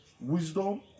wisdom